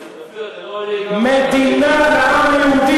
אופיר, אתה לא עונה לי על, מדינה לעם היהודי.